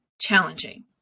challenging